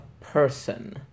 person